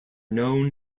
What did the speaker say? known